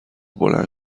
بلند